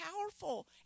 powerful